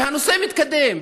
והנושא התקדם,